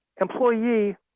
Employee